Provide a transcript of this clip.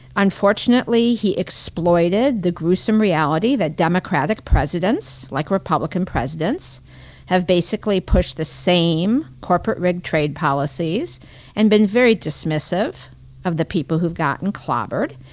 unfortunately, he exploited the gruesome reality that democratic presidents like republican presidents have basically pushed the same corporate rig trade policies and been very dismissive of the people who've gotten clobbered,